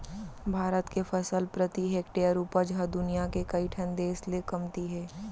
भारत के फसल प्रति हेक्टेयर उपज ह दुनियां के कइ ठन देस ले कमती हे